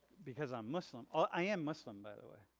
because i'm muslim. i am muslim by the way.